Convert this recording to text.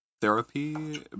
therapy